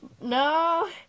No